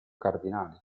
cardinali